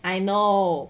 I know